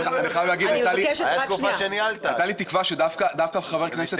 אני חייב להגיד שהייתה לי תקווה שדווקא חבר כנסת